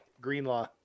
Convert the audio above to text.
Greenlaw